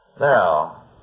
Now